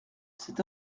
cet